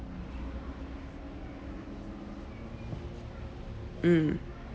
mm